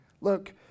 Look